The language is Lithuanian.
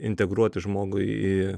integruoti žmogų į